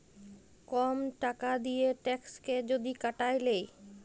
কম টাকা দিঁয়ে ট্যাক্সকে যদি কাটায় লেই